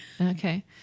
Okay